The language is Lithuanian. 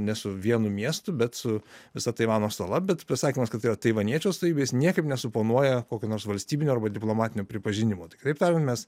ne su vienu miestu bet su visa taivano sala bet pasakymas kad tai yra taivaniečių atstovybė jis niekaip nesuponuoja kokio nors valstybinio arba diplomatinio pripažinimo tikrai mes